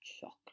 chocolate